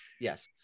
Yes